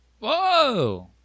Whoa